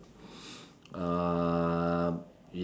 uh